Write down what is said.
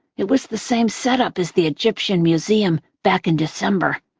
it was the same setup as the egyptian museum back in december,